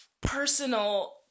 personal